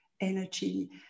energy